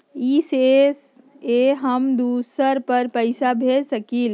इ सेऐ हम दुसर पर पैसा भेज सकील?